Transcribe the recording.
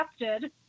accepted